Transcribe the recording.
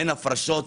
אין הפרשות.